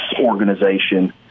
organization